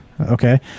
okay